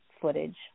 footage